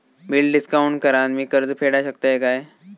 Bill discount करान मी कर्ज फेडा शकताय काय?